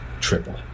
triple